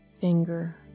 finger